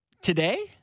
Today